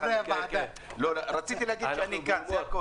רציתי לומר שאני כאן.